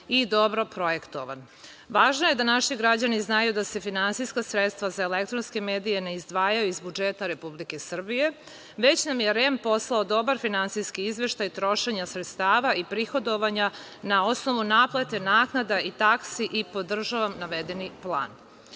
i dobro projektovan. Važno je da naši građani znaju da se finansijska sredstva za elektronske medije ne izdvajaju iz budžeta Republike Srbije već nam je REM poslao dobar finansijski izveštaj trošenja sredstava i prihodovanja na osnovu naplate naknada i taksi i podržavam navedeni